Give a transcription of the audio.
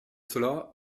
cela